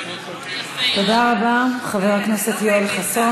תודה רבה, חבר הכנסת יואל חסון.